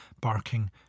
barking